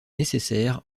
nécessaire